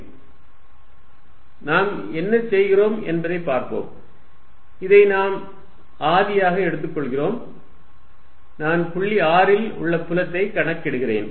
Fq4π0dVr r3ρrr r நாம் என்ன செய்கிறோம் என்பதை பார்ப்போம் இதை நாம் ஆதியாக எடுத்துக்கொள்கிறோம் நான் புள்ளி r ல் உள்ள புலத்தை கணக்கிடுகிறேன்